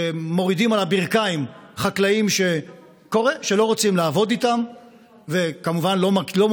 שמורידים על הברכיים חקלאים שקורה שלא רוצים לעבוד איתם,